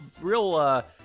real